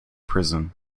prison